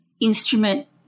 instrument